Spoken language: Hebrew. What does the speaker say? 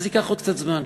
אז ייקח עוד קצת זמן.